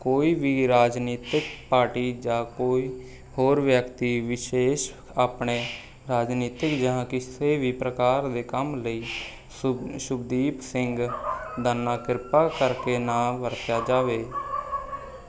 ਕੋਈ ਵੀ ਰਾਜਨੀਤਿਕ ਪਾਰਟੀ ਜਾਂ ਕੋਈ ਹੋਰ ਵਿਅਕਤੀ ਵਿਸ਼ੇਸ਼ ਆਪਣੇ ਰਾਜਨੀਤਿਕ ਜਾਂ ਕਿਸੇ ਵੀ ਪ੍ਰਕਾਰ ਦੇ ਕੰਮ ਲਈ ਸ਼ੁਭ ਸ਼ੁਭਦੀਪ ਸਿੰਘ ਦਾ ਨਾਂ ਕਿਰਪਾ ਕਰਕੇ ਨਾ ਵਰਤਿਆ ਜਾਵੇ